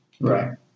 right